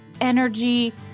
energy